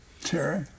Terry